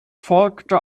folgte